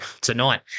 tonight